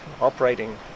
operating